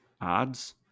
Odds